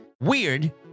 weird